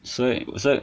所以所以